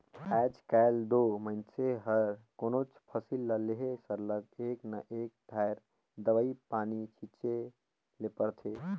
आएज काएल दो मइनसे हर कोनोच फसिल ल लेहे सरलग एक न एक धाएर दवई पानी छींचेच ले परथे